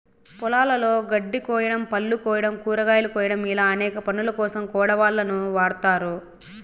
పొలాలలో గడ్డి కోయడం, పళ్ళు కోయడం, కూరగాయలు కోయడం ఇలా అనేక పనులకోసం కొడవళ్ళను వాడ్తారు